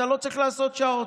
אתה לא צריך לעשות שעות.